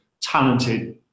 talented